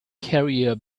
carrier